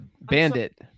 Bandit